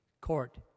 court